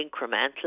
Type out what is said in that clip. incremental